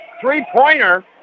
three-pointer